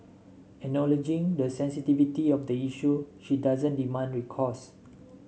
acknowledging the sensitivity of the issue she doesn't demand recourse